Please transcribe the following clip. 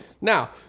Now